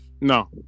no